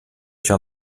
撤销